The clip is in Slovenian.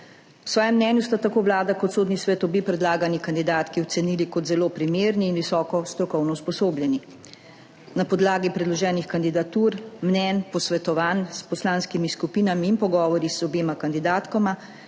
V svojem mnenju sta tako Vlada kot Sodni svet obe predlagani kandidatki ocenili kot zelo primerni in visoko strokovno usposobljeni. Na podlagi predloženih kandidatur, mnenj, posvetovanj s poslanskimi skupinami in pogovori z obema kandidatkama